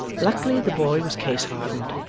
luckily the boy was case-hardened,